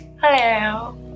Hello